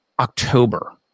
October